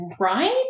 Right